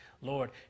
Lord